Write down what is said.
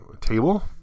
table